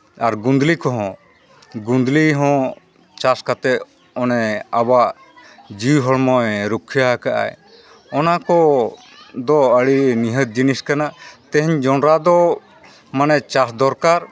ᱟᱨ ᱜᱩᱸᱫᱽᱞᱤ ᱠᱚᱦᱚᱸ ᱜᱩᱸᱫᱽᱞᱤ ᱦᱚᱸ ᱪᱟᱥ ᱠᱟᱛᱮᱫ ᱚᱱᱮ ᱟᱵᱚᱣᱟᱜ ᱡᱤᱣᱤ ᱦᱚᱲᱢᱚᱭ ᱨᱩᱠᱷᱭᱟᱹᱣᱟᱠᱟᱜᱼᱟᱭ ᱚᱱᱟ ᱠᱚᱫᱚ ᱟᱹᱰᱤ ᱱᱤᱦᱟᱹᱛ ᱡᱤᱱᱤᱥ ᱠᱟᱱᱟ ᱛᱮᱦᱮᱧ ᱡᱚᱸᱰᱨᱟ ᱫᱚ ᱢᱟᱱᱮ ᱪᱟᱥ ᱫᱚᱨᱠᱟᱨ